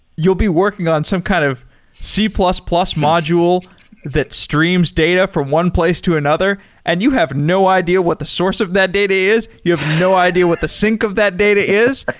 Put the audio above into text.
you'll be working on some kind of c plus plus module that streams data from one place to another and you have no idea what the source of that data is. you have no data what the sync of that data is.